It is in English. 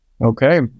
Okay